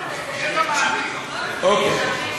תוסיפי לי את הזמן, בבקשה.